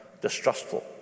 distrustful